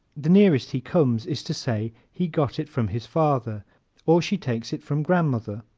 the nearest he comes is to say he got it from his father or she takes it from grandmother.